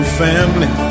family